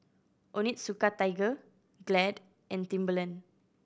Onitsuka Tiger Glad and Timberland